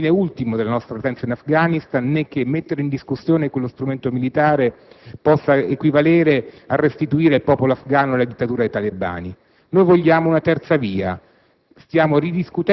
debba essere il fine ultimo della nostra presenza in Afghanistan e chi invece sostiene che mettere in discussione quello strumento militare possa equivalere a restituire il popolo afghano alla dittatura dei talebani. Noi vogliamo una terza via: